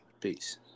Peace